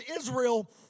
Israel